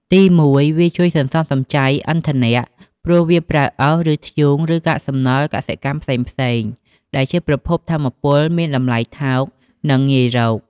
ទីមួយ វាជួយសន្សំសំចៃឥន្ធនៈ ព្រោះវាប្រើប្រាស់អុស ធ្យូង ឬកាកសំណល់កសិកម្មផ្សេងៗ ដែលជាប្រភពថាមពលមានតម្លៃថោក និងងាយរក។